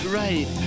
right